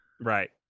Right